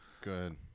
good